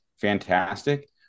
fantastic